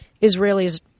Israelis